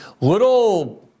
little